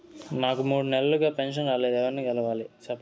నాకు మూడు నెలలుగా పెన్షన్ రాలేదు ఎవర్ని కలవాలి సెప్పగలరా?